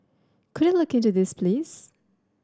could you look into this please